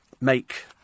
make